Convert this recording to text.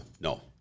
No